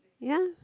ya